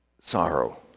sorrow